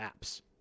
apps